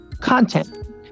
content